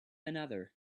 another